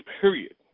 Period